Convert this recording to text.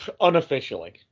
Unofficially